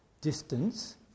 distance